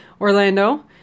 Orlando